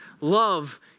Love